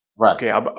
okay